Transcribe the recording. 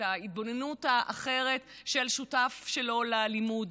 את ההתבוננות האחרת של שותף שלו ללימוד,